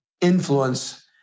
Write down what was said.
influence